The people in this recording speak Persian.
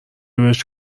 بهش